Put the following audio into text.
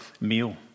meal